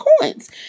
coins